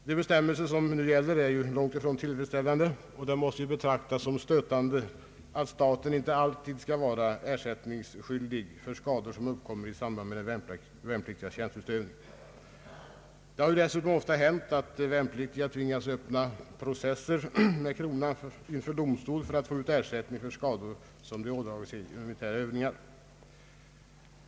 De bestämmelser som nu gäller är långt ifrån tillfredsställande, och det måste betraktas som stötande att staten inte alltid skall vara ersättningsskyldig för skador som uppkommer i samband med de värnpliktigas tjänsteutövning. Det har dessutom ofta hänt att värnpliktiga tvingats öppna processer mot kronan inför domstol för att få ut ersättning för skador som de ådragit sig vid militära övningar.